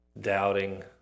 Doubting